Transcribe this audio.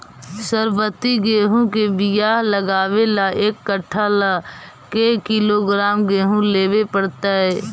सरबति गेहूँ के बियाह लगबे ल एक कट्ठा ल के किलोग्राम गेहूं लेबे पड़तै?